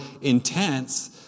intense